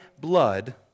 blood